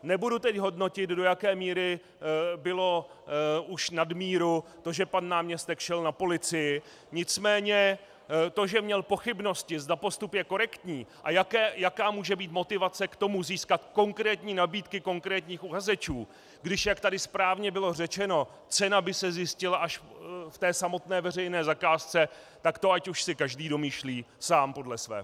Nebudu teď hodnotit, do jaké míry bylo už nadmíru to, že pan náměstek šel na policii, nicméně to, že měl pochybnosti, zda postup je korektní a jaká může být motivace k tomu získat konkrétní nabídky konkrétních uchazečů, kdyby se, jak tu bylo správně řečeno, cena zjistila až v samotné veřejné zakázce, tak to ať už si každý domýšlí sám podle svého.